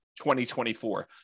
2024